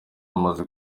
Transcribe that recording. amaze